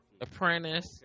Apprentice